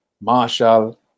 marshall